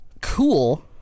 cool